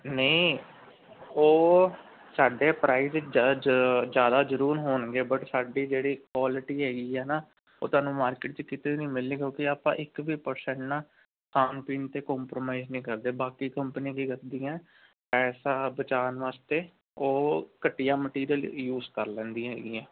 ਨਹੀਂ ਉਹ ਸਾਡੇ ਪ੍ਰਾਈਜ਼ ਜ ਜ ਜ਼ਿਆਦਾ ਜ਼ਰੂਰ ਹੋਣਗੇ ਬਟ ਸਾਡੀ ਜਿਹੜੀ ਕੁਆਲਿਟੀ ਹੈਗੀ ਆ ਨਾ ਉਹ ਤੁਹਾਨੂੰ ਮਾਰਕੀਟ 'ਚ ਕਿਤੇ ਨਹੀਂ ਮਿਲਣੀ ਕਿਉਂਕਿ ਆਪਾਂ ਇੱਕ ਵੀ ਪਰਸੈਂਟ ਨਾ ਖਾਣ ਪੀਣ 'ਤੇ ਕੰਪਰੋਮਾਈਜ਼ ਨਹੀਂ ਕਰਦੇ ਬਾਕੀ ਕੰਪਨੀ ਦੀ ਕਰਦੀਆਂ ਪੈਸਾ ਬਚਾਉਣ ਵਾਸਤੇ ਉਹ ਘਟੀਆ ਮਟੀਰੀਅਲ ਯੂਜ਼ ਕਰ ਲੈਂਦੀਆਂ ਹੈਗੀਆਂ